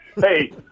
Hey